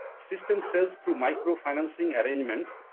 system sales through micro financing arrangements.